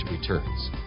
returns